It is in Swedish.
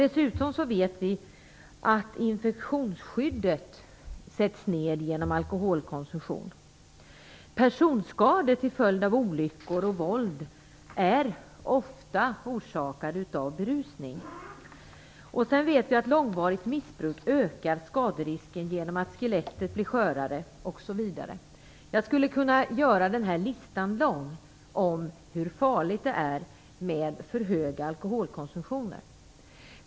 Dessutom vet vi att infektionsskyddet sätts ned genom alkoholkonsumtion. Personskador till följd av olyckor och våld är ofta orsakade av berusning. Sedan vet vi att långvarigt missbruk ökar skaderisken genom att skelettet blir skörare. Jag skulle kunna göra den här listan lång om hur farligt det är med för hög alkoholkonsumtion.